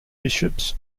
bishops